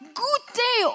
goûter